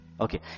Okay